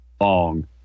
long